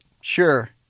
Sure